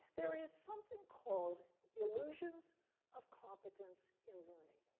there is something called illusions of competence in learning.